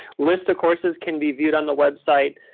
list of courses can be viewed on the website.